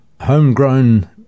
homegrown